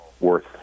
Worth